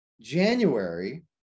January